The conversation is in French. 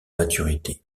maturité